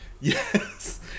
Yes